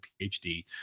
PhD